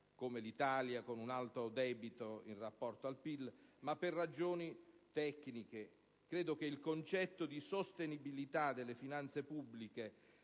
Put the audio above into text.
come l'Italia, con un alto debito in rapporto al PIL, ma per ragioni tecniche. Il concetto di sostenibilità delle finanze pubbliche